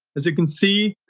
as you can see,